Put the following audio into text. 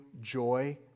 joy